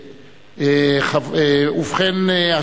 ובכן,